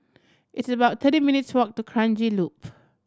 it's about thirty minutes' walk to Kranji Loop